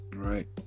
right